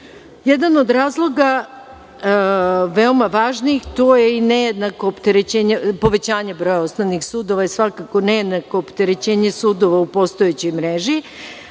od razloga veoma važnih, to je i nejednako povećanje broja osnovnih sudova i svakako nejednako opterećenje sudova u postojećoj mreži,